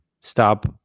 stop